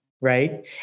right